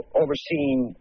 overseeing